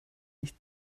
nicht